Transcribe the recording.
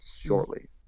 shortly